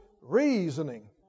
Reasoning